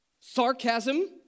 Sarcasm